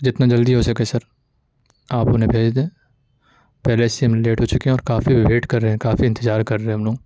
جتنا جلدی ہو سکے سر آپ انہیں بھیج دیں پہلے سے ہی ہم لیٹ ہو چکے ہیں اور کافی ویٹ کر رہے ہیں کافی انتظار کر رہے ہیں ہم لوگ